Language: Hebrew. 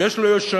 ויש לו יושרה,